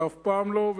ואף פעם לא.